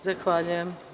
Zahvaljujem.